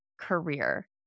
career